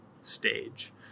stage